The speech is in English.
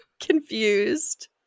confused